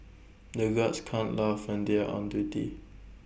the guards can't laugh when they are on duty